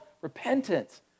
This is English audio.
repentance